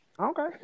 Okay